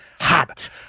hot